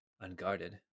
unguarded